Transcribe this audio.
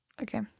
Okay